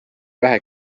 vähe